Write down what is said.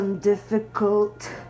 difficult